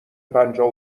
پنجاه